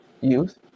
youth